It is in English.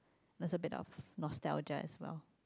that's a bit of nostalgia as well